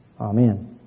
Amen